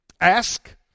Ask